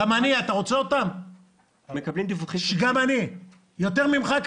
גם אני מקבל, וכנראה יותר ממך,